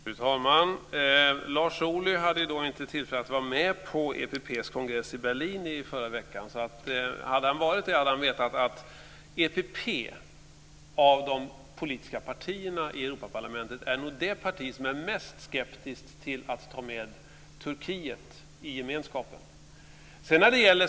Fru talman! Lars Ohly hade inte tillfälle att vara med på EPP:s kongress i Berlin förra veckan. Hade han varit det hade han vetat att EPP nog är det av de politiska partierna i Europaparlamentet som är mest skeptiskt till att ta med Turkiet i gemenskapen.